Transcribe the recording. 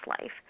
life